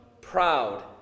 proud